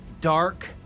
dark